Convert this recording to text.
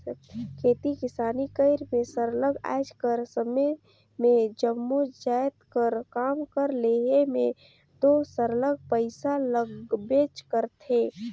खेती किसानी करई में सरलग आएज कर समे में जम्मो जाएत कर काम कर लेहे में दो सरलग पइसा लागबेच करथे